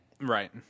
right